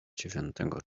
dziewiątego